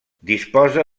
disposa